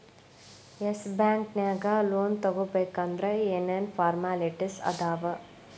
S Bank ನ್ಯಾಗ್ loan ತಗೊಬೇಕಂದ್ರ ಏನೇನ್ ಫಾರ್ಮ್ಯಾಲಿಟಿಸ್ ಅದಾವ?